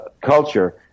culture